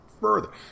further